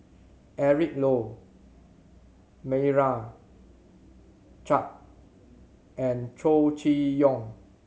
Eric Low Meira Chand and Chow Chee Yong